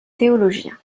théologien